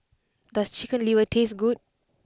does Chicken Liver taste good